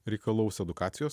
reikalaus edukacijos